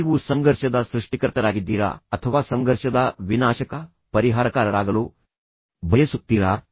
ನೀವು ಸಂಘರ್ಷದ ಸೃಷ್ಟಿಕರ್ತರಾಗಿದ್ದೀರಾ ಅಥವಾ ನೀವು ಸಂಘರ್ಷದ ವಿನಾಶಕ ಪರಿಹಾರಕಾರರಾಗಲು ಬಯಸುತ್ತೀರಾ